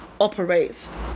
operates